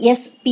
SP